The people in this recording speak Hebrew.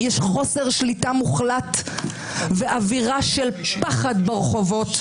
יש חוסר שליטה מוחלט ואווירה של פחד ברחובות.